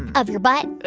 of your butt?